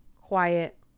quiet